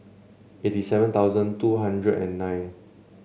eighty seven thousand two hundred and nine